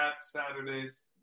Saturdays